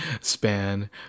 span